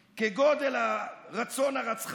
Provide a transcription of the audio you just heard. שואל, רם, אל תעזור.